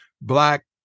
black